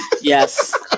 Yes